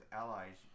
allies